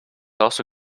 also